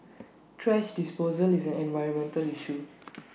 thrash disposal is an environmental issue